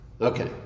Okay